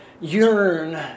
yearn